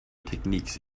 techniques